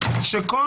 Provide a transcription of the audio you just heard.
-- זה עושה התביעה.